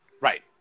Right